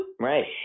Right